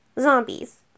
zombies